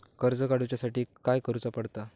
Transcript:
कर्ज काडूच्या साठी काय करुचा पडता?